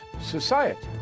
society